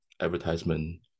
advertisement